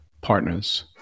partners